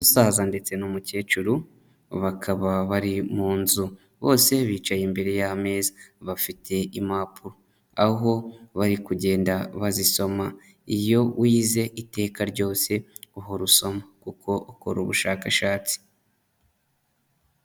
Umusaza ndetse n'umukecuru bakaba bari mu nzu, bose bicaye imbere y'ameza bafite impapuro aho bari kugenda bazisoma, iyo wize iteka ryose uhora usoma kuko ukora ubushakashatsi.